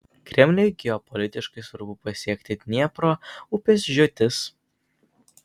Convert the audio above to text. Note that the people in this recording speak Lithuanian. kremliui geopolitiškai svarbu pasiekti dniepro upės žiotis